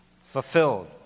fulfilled